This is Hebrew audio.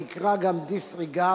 הנקרא גם disregard,